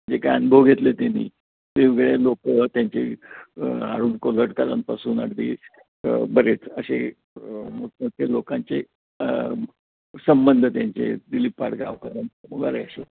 जे काय अनुभव घेतले त्यांनी त्या वेळचे लोक त्यांचे अरूण कोलटकरांपासून अगदी बरेच असे लोकांचे संबंध त्यांचे दिलीप पाडगावकरांसोबत वगैरे